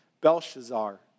Belshazzar